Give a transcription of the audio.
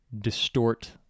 distort